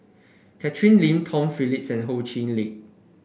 Catherine Lim Tom Phillips and Ho Chee Lick